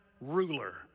ruler